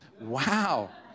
Wow